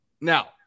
Now